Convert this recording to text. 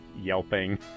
yelping